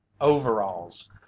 Overalls